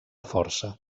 força